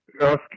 Ask